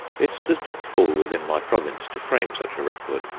it does not fall within my province to frame such a record.